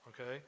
okay